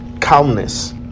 Calmness